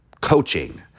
coaching